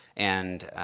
and